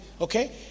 Okay